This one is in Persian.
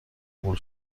قبول